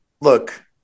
Look